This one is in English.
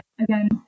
again